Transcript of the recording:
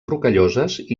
rocalloses